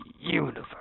universe